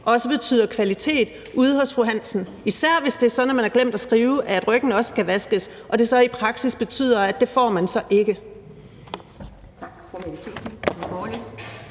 også betyder kvalitet ude hos fru Hansen, især hvis det er sådan, at man har glemt at skrive, at ryggen også skal vaskes, og det i praksis betyder, at det får hun så ikke.